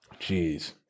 Jeez